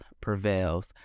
prevails